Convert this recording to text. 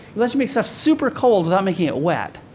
unless you make stuff super cold, without making it wet.